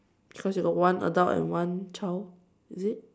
cause you got one adult and one child is it